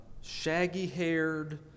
shaggy-haired